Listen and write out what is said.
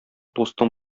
дустың